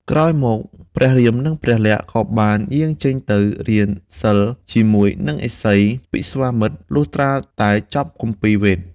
លុះក្រោយមកព្រះរាមនិងព្រះលក្សណ៍ក៏បានយាងចេញទៅរៀនសិល្ប៍ជាមួយនឹងឥសី ពិស្វាមិត្រ លុះត្រាតែចប់គម្ពីរវេទ។